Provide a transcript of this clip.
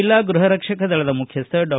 ಜಿಲ್ಲಾ ಗೃಹ ರಕ್ಷಕ ದಳದ ಮುಖ್ಯಸ್ವ ಡಾ